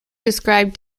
describe